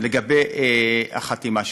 לגבי החתימה שלי,